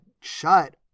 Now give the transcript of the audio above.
shut